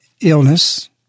illness